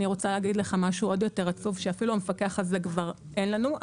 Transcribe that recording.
אגיד לך משהו עוד יותר עצוב אפילו את המפקח הזה כבר אין לנו.